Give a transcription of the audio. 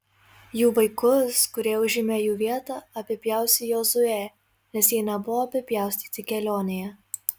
jų vaikus kurie užėmė jų vietą apipjaustė jozuė nes jie nebuvo apipjaustyti kelionėje